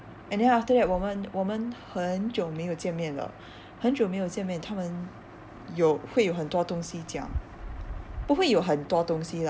and then after that 我们我们很久没有见面了很久没有见面他们有会有很多东西讲不会有很多东西:wo men wo men hen jiu mei you jian mian le hen jiu mei you jian mian ta men you hui you hen duo don xi jiang bu hui you hen duo dong xi lah